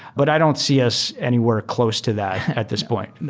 but i don't see us anywhere close to that at this point.